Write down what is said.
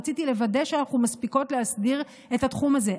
רציתי לוודא שאנחנו מספיקות להסדיר את התחום הזה.